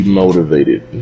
motivated